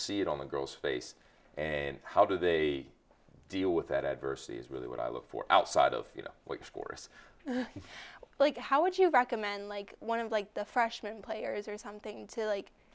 see it on the girl's face and how do they deal with that adversity is really what i look for outside of you know what scores like how would you recommend like one of like the freshman players or something to like